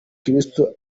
kristo